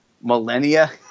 millennia